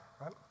right